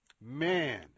man